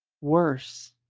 worse